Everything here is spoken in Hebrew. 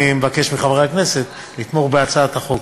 אני מבקש מחברי הכנסת לתמוך בהצעת החוק.